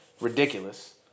ridiculous